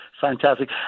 Fantastic